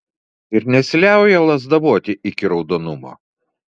ir nesiliauja lazdavoti iki raudonumo